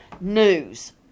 news